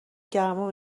گرما